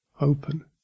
Open